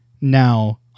Now